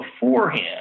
beforehand